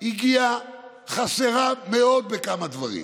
הגיעה חסרה מאוד בכמה דברים.